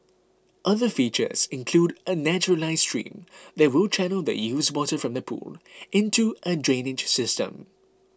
other features include a naturalized stream that will channel the used water from the pool into a drainage system